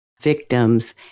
victims